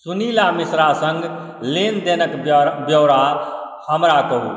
सुनीला मिश्रा सङ्ग लेनदेनक ब्यौरा हमरा कहू